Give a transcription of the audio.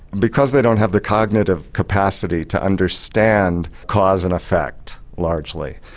because they don't have the cognitive capacity to understand cause and effect largely,